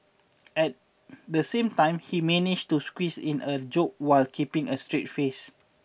at the same time he managed to squeeze in a joke while keeping a straight face